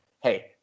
Hey